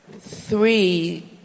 Three